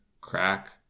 crack